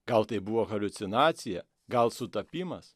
gal tai buvo haliucinacija gal sutapimas